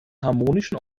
harmonischen